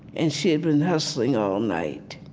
and she had been hustling all night.